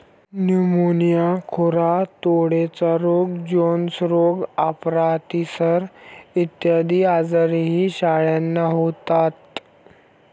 pneumonia, खुरा तोंडाचे रोग, जोन्स रोग, अपरा, अतिसार इत्यादी आजारही शेळ्यांना होतात